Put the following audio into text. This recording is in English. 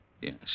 Yes